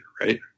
right